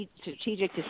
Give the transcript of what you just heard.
strategic